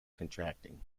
contracting